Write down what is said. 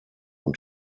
und